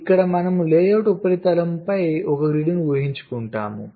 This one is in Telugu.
కాబట్టి ఇక్కడ మనము లేఅవుట్ ఉపరితలంపై ఒక గ్రిడ్ను ఊహించుకుంటున్నాను